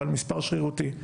אבל מספר שרירותי.